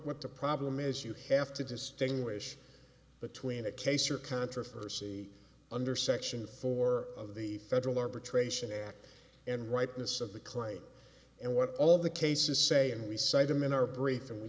what the problem is you have to distinguish between a case or controversy under section four of the federal arbitration act and rightness of the claim and what all of the cases say and we cite them in our brief and we